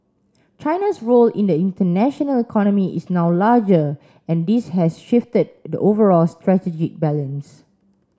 China's role in the international economy is now larger and this has shifted the overall strategic balance